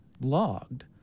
logged